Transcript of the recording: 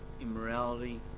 immorality